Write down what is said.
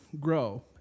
grow